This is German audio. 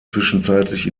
zwischenzeitlich